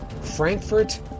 Frankfurt